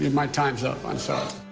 my time's up, i'm sorry.